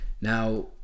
Now